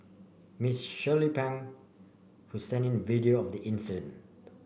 Miss Shirley Pang who sent in video of the incident